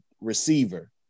receiver